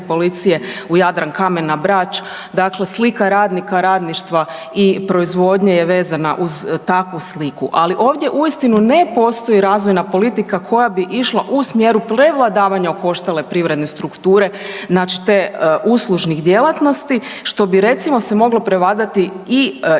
u Jadrankamen na Brač, dakle slika radnika, radništva i proizvodnje je vezana uz takvu sliku. Ali ovdje uistinu ne postoji razvojna politika koja bi išla u smjeru prevladavanja okoštale privredne strukture, znači tih uslužnih djelatnosti što bi recimo se moglo prevladati i